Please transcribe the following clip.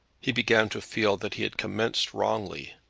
he began to feel that he had commenced wrongly.